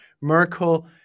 Merkel